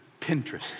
Pinterest